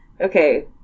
okay